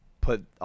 put